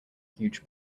huge